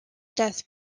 death